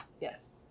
Yes